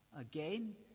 again